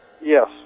Yes